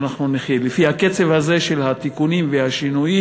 שאנחנו נחיה לפי הקצב הזה של התיקונים והשינויים